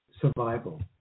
survival